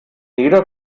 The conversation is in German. jeder